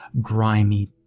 grimy